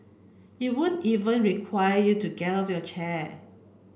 it won't even require you to get out of your chair